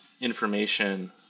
information